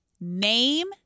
Name